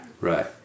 Right